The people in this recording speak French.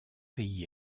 pays